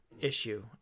issue